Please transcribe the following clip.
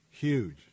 Huge